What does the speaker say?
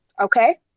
okay